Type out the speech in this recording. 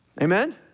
amen